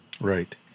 right